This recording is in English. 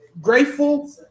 grateful